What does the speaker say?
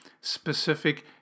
specific